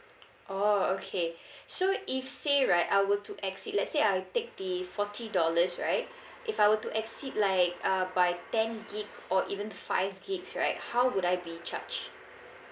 oh okay so if say right I were to exceed let's say I take the forty dollars right if I were to exceed like uh by ten gig or even five gigs right how would I be charged